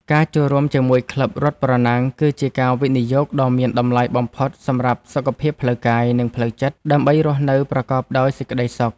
ការចូលរួមជាមួយក្លឹបរត់ប្រណាំង គឺជាការវិនិយោគដ៏មានតម្លៃបំផុតសម្រាប់សុខភាពផ្លូវកាយ និងផ្លូវចិត្ត ដើម្បីរស់នៅប្រកបដោយសេចក្ដីសុខ។